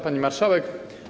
Pani Marszałek!